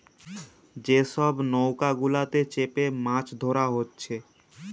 যে সব নৌকা গুলাতে চেপে মাছ ধোরা হচ্ছে